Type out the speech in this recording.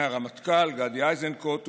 מהרמטכ"ל גדי איזנקוט ומהקבינט.